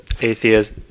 atheist